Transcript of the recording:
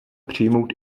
přijmout